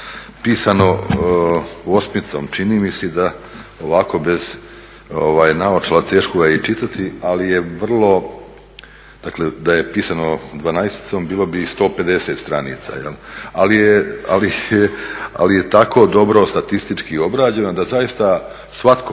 pisano osmicom čini mi se i da ovako bez naočala teško ga je i čitati ali je vrlo, dakle da je pisano 12-icom bilo bi 150 stranica, ali je tako dobro statistički obrađeno da zaista svatko